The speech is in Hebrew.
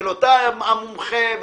אתה המומחה,